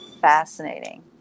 fascinating